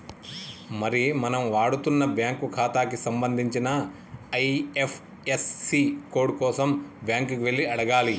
మరి మనం వాడుతున్న బ్యాంకు ఖాతాకి సంబంధించిన ఐ.ఎఫ్.యస్.సి కోడ్ కోసం బ్యాంకు కి వెళ్లి అడగాలి